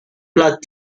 plat